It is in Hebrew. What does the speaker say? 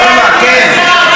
רפורמה, כן.